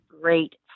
great